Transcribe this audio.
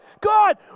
God